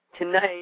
Tonight